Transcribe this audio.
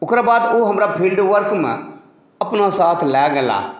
ओकरबाद ओ हमरा फील्ड वर्कमे अपना साथ लऽ गेला